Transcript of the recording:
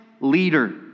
leader